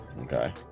okay